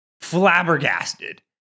flabbergasted